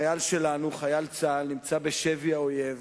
חייל שלנו, חייל צה"ל נמצא בשבי האויב